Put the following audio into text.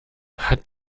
hat